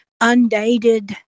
undated